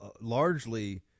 largely